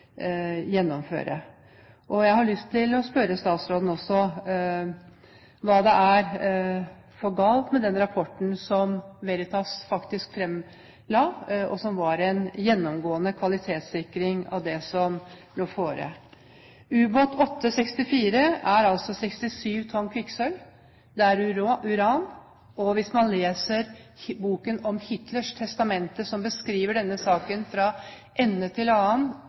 Jeg har også lyst til å spørre statsråden om hva som er galt med den rapporten som Veritas faktisk fremla, og som var en gjennomgående kvalitetssikring av det som lå fore. U-864 inneholder altså 67 tonn kvikksølv, og det kan være uran. Hvis man leser boken om Hitlers testament, som beskriver denne saken fra ende til annen